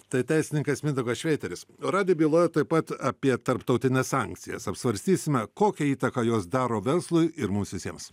tai teisininkas mindaugas šveiteris radijo byloj taip pat apie tarptautines sankcijas apsvarstysime kokią įtaką jos daro verslui ir mums visiems